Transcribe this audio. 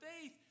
faith